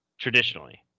Traditionally